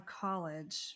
college